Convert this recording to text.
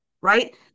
Right